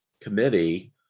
committee